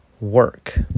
Work